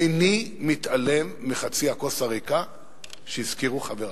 איני מתעלם מחצי הכוס הריקה שהזכירו חברי.